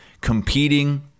competing